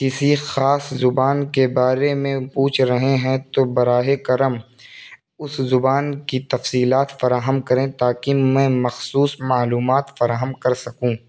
کسی خاص زبان کے بارے میں پوچھ رہے ہیں تو براہ کرم اس زبان کی تفصیلات فراہم کریں تاکہ میں مخصوص معلومات فراہم کر سکوں